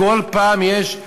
כל פעם יש.